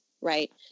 Right